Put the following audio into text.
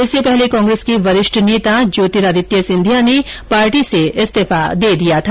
इससे पहले कांग्रेस के वरिष्ठ नेता ज्योतिरादित्य सिंधिया ने पार्टी से इस्तीफा दे दिया था